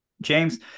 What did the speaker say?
James